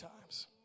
times